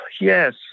Yes